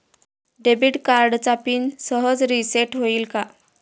Debit कार्डचा pin सहज reset होईल का?